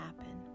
happen